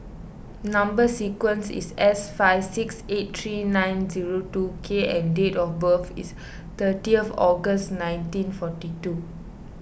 Number Sequence is S five six eight three nine zero two K and date of birth is thirty August nineteen forty two